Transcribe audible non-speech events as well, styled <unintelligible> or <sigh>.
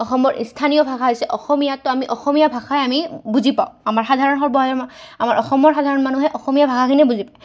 অসমৰ স্থানীয় ভাষা হৈছে অসমীয়াটো আমি অসমীয়া ভাষাই আমি বুজি পাওঁ আমাৰ সাধাৰণ <unintelligible> আমাৰ অসমৰ সাধাৰণ মানুহে অসমীয়া ভাষাখিনি বুজি পায়